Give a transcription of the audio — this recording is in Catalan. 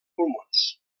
pulmons